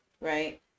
right